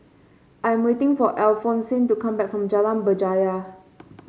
I am waiting for Alphonsine to come back from Jalan Berjaya